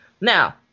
Now